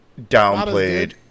downplayed